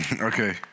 Okay